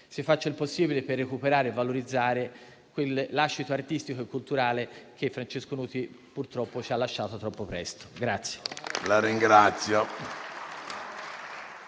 si faccia il possibile per recuperare e valorizzare quel lascito artistico e culturale che Francesco Nuti purtroppo ci ha lasciato troppo presto.